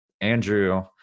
Andrew